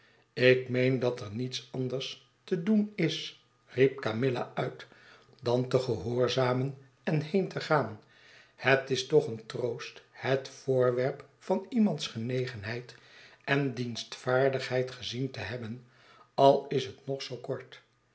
ik meen dat er niets anders te doen is riep camilla uit dan te gehoorzamen en heen te gaan het is toch een troost het voorwerp van iemands genegenheid en dienstvaardigheid gezien te hebben al is het nog zoo kort